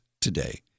today